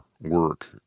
work